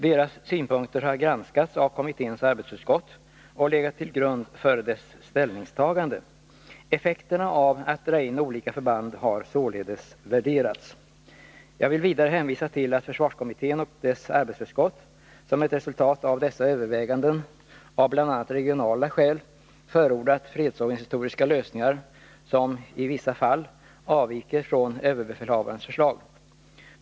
Deras synpunkter har granskats av kommitténs arbetsutskott och legat till grund för dess ställningstagande. Effekterna av att dra in olika förband har således värderats. Jag vill vidare hänvisa till att försvarskommittén och dess arbetsutskott, som ett resultat av dessa överväganden, av bl.a. regionala skäl förordat fredsorganisatoriska lösningar som i vissa fall avviker från överbefälhavarens förslag.